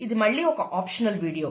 ఇది మళ్లీ ఒక ఆప్షనల్ వీడియో